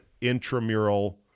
intramural